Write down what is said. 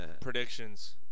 predictions